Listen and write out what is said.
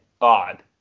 odd